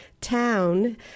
town